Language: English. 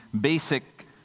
basic